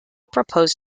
proposed